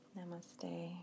Namaste